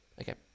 Okay